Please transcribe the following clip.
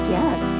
Yes